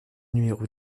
numéro